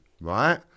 right